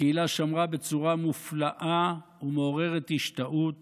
הקהילה שמרה בצורה מופלאה ומעוררת השתאות